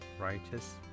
righteous